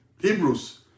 Hebrews